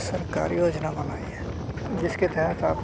सरकार योजना बनाई है जिसके तहत आप